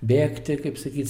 bėgti kaip sakyc